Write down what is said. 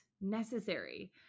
necessary